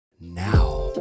now